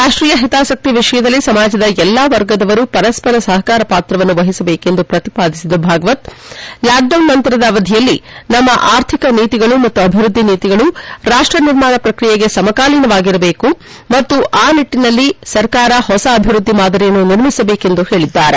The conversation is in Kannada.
ರಾಷ್ಟೀಯ ಹಿತಾಸಕ್ತಿಯ ವಿಷಯದಲ್ಲಿ ಸಮಾಜದ ಎಲ್ಲ ವರ್ಗದವರು ಪರಸ್ಬರ ಸಹಕಾರ ಪಾತ್ರವನ್ನು ವಹಿಸಬೇಕು ಎಂದು ಪ್ರತಿಪಾದಿಸಿದ ಭಾಗವತ್ ಲಾಕ್ಡೌನ್ ನಂತರದ ಅವಧಿಯಲ್ಲಿ ನಮ್ಮ ಆರ್ಥಿಕ ನೀತಿಗಳು ಮತ್ತು ಅಭಿವೃದ್ದಿ ನೀತಿಗಳು ರಾಷ್ಟ ನಿರ್ಮಾಣ ಪ್ರಕ್ರಿಯೆಗೆ ಸಮಕಾಲೀನವಾಗಿರಬೇಕು ಮತ್ತು ಆ ನಿಟ್ಟಿನಲ್ಲಿ ಸರ್ಕಾರ ಹೊಸ ಅಭಿವೃದ್ದಿ ಮಾದರಿಯನ್ನು ನಿರ್ಮಿಸಬೇಕು ಎಂದು ಹೇಳಿದ್ದಾರೆ